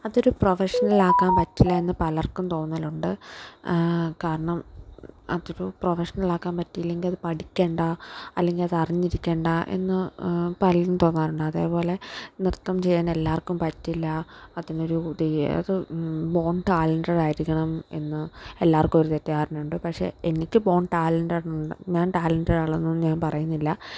അതൊരു പ്രൊഫഷണലാക്കാൻ പറ്റില്ല എന്ന് പലര്ക്കും തോന്നലുണ്ട് കാരണം അതിപ്പോൾ പ്രൊഫഷണലാക്കാന് പറ്റിയില്ലെങ്കില് അത് പഠിക്കണ്ട അല്ലെങ്കിൽ അത് അറിഞ്ഞിരിക്കണ്ട എന്ന് പലതും തോന്നാറുണ്ട് അതേപോലെ നൃത്തം ചെയ്യാൻ എല്ലാവർക്കും പറ്റില്ല അതിനൊരു ബോണ് ടാലന്റഡ് ആയിരിക്കണം എന്ന് എല്ലാവര്ക്കും ഒരു തെറ്റിദ്ധാരണയുണ്ട് പക്ഷേ എനിക്ക് ബോണ് ടാലന്റഡ് ഞാന് ടാലന്റഡ് ആളൊന്നും ഞാന് പറയുന്നില്ല